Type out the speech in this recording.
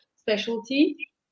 specialty